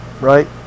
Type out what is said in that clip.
Right